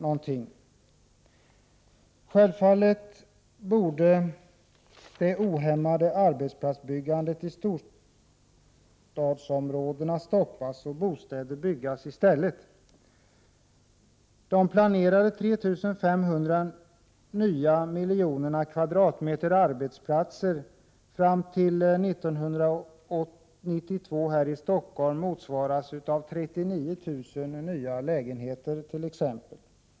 Självfallet borde det ohämmade arbetsplatsbyggandet i storstadsområdena stoppas och bostäder byggas i stället. De planerade 3,5 miljonerna nya kvadratmeter arbetsplatser fram till 1992 här i Stockholm motsvaras av t.ex. 39 000 nya lägenheter.